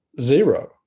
zero